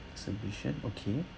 exhibition okay